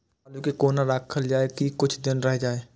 आलू के कोना राखल जाय की कुछ दिन रह जाय?